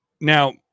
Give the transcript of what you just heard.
Now